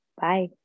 Bye